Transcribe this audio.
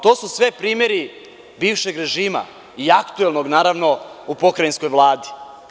To su sve primeri bivšeg režima i aktuelnog u pokrajinskoj Vladi.